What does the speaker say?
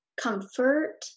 comfort